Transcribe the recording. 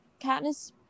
Katniss